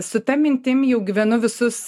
su ta mintim jau gyvenu visus